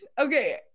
Okay